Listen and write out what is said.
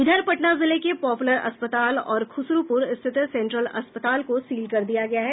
इधर पटना जिले के पोपुलर अस्पताल और खुसरूपुर स्थित सेंट्रल अस्पताल को सील कर दिया गया है